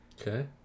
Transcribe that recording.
Okay